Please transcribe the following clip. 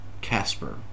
Casper